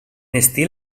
estil